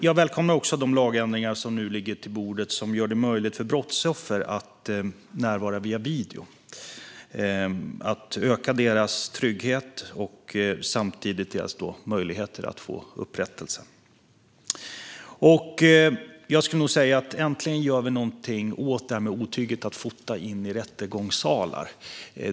Jag välkomnar också de lagändringar som nu ligger på bordet och som gör det möjligt för brottsoffer att närvara via video. Det ökar deras trygghet och samtidigt deras möjligheter att få upprättelse. Äntligen gör vi någonting åt otyget att man fotar in i rättegångssalar.